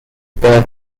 birth